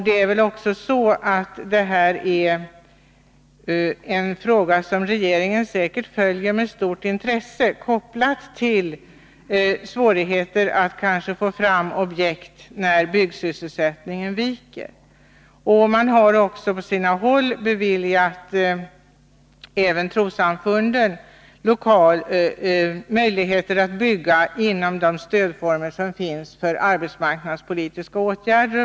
Det här är också en fråga som regeringen säkert följer med stort intresse — kanske kopplat till svårigheterna att få fram objekt när byggsysselsättningen viker. Man har också på sina håll beviljat även trossamfunden möjligheter att bygga inom ramen för de stödformer som finns för arbetsmarknadspolitiska åtgärder.